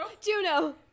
Juno